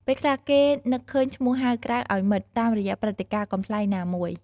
ពេលខ្លះ គេនឹកឃើញឈ្មោះហៅក្រៅឱ្យមិត្ត តាមរយៈព្រឹត្តិការណ៍កំប្លែងណាមួយ។